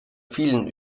vielen